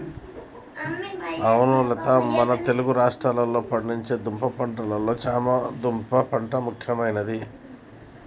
అవును లత మన తెలుగు రాష్ట్రాల్లో పండించే దుంప పంటలలో చామ దుంప పంట ముఖ్యమైనది